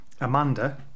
Amanda